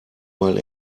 weil